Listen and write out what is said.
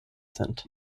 sind